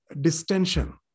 distension